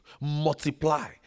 multiply